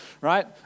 right